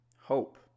hope